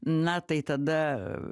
na tai tada